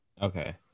Okay